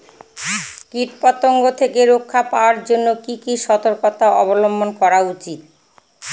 কীটপতঙ্গ থেকে রক্ষা পাওয়ার জন্য কি কি সর্তকতা অবলম্বন করা উচিৎ?